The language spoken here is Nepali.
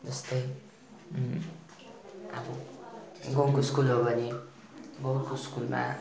जस्तै अब गाउँको स्कुल हो भने गाउँको स्कुलमा